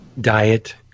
Diet